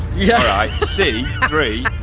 yeah. alright, c three.